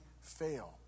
fail